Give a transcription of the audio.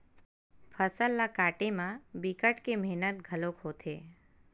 फसल ल काटे म बिकट के मेहनत घलोक होथे